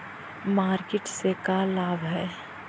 Market से का लाभ है?